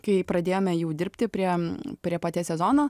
kai pradėjome jų dirbti prie prie paties sezono